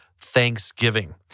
thanksgiving